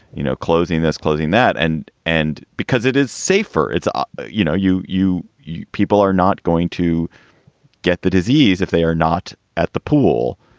you know, closing this, closing that and and because it is safer, it's ah you know, you you you people are not going to get the disease if they are not at the pool,